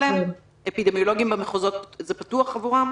-- אפידמיולוגים במחוזות זה פתוח עבורם?